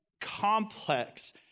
complex